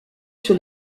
sur